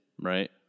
right